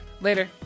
Later